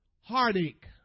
heartache